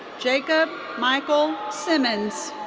jacob michael simmons.